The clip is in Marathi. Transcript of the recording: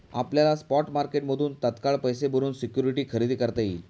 आपल्याला स्पॉट मार्केटमधून तात्काळ पैसे भरून सिक्युरिटी खरेदी करता येईल